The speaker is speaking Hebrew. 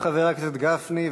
תודה, חבר הכנסת גפני.